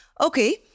Okay